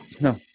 no